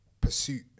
pursuit